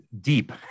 Deep